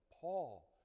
Paul